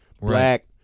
black